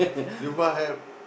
you must help